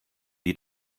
die